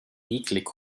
eklig